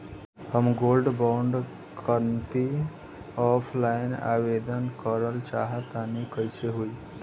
हम gold bond करंति offline आवेदन करल चाह तनि कइसे होई?